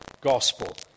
gospel